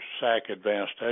SAC-Advanced